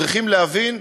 צריכים להבין,